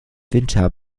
winter